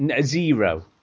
Zero